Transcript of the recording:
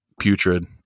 putrid